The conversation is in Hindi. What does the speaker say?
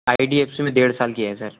आई डी एफ़ सी में डेढ़ साल किया है सर